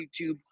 YouTube